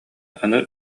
аны